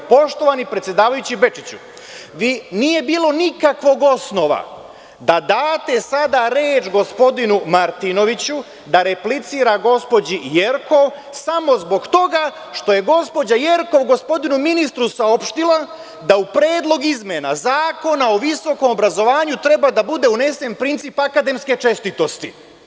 Poštovani predsedavajući Bečiću, nije bilo nikakvog osnova da date sada reč gospodinu Martinoviću da replicira gospođi Jerkov samo zbog toga što je gospođa Jerkov gospodinu ministru saopštila da u Predlog izmena Zakona o visokom obrazovanju treba da bude unesen princip akademske čestitosti.